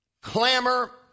clamor